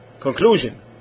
conclusion